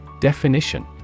Definition